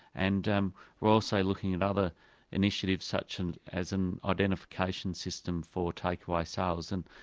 and um we're also looking at other initiatives such and as an identification system for take-away sales. and